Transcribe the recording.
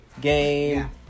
game